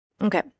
Okay